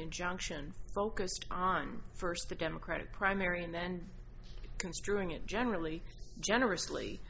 injunction focused on first the democratic primary and then construing it generally generously